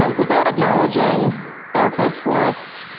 um without acknowledging better place forests,